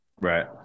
Right